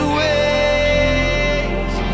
ways